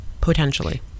potentially